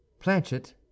Planchet